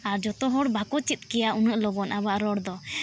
ᱟᱨ ᱡᱚᱛᱚ ᱦᱚᱲ ᱵᱟᱠᱚ ᱪᱮᱫ ᱠᱮᱭᱟ ᱩᱱᱟᱹᱜ ᱞᱚᱜᱚᱱ ᱟᱵᱚᱣᱟᱜ ᱨᱚᱲ ᱫᱚ